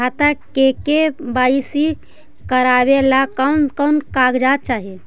खाता के के.वाई.सी करावेला कौन कौन कागजात चाही?